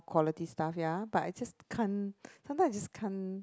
quality stuff ya but I just can't sometimes I just can't